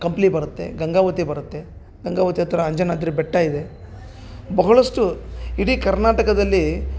ಕಂಪ್ಲಿ ಬರತ್ತೆ ಗಂಗಾವತಿ ಬರತ್ತೆ ಗಂಗಾವತಿ ಹತ್ರ ಅಂಜನಾದ್ರಿ ಬೆಟ್ಟ ಇದೆ ಭಾಳಷ್ಟು ಇಡೀ ಕರ್ನಾಟಕದಲ್ಲಿ